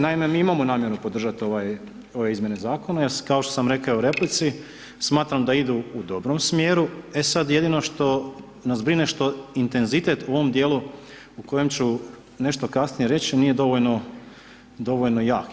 Naime, mi imamo namjeru podržati ove izmjene zakona jer kao što sam rekao u replici, smatram da idu u dobrom smjeru, e sad, jedino što nas brine što intenzitet u ovom dijelu u kojem ću nešto kasnije reći, nije dovoljno jak.